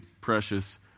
precious